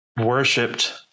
worshipped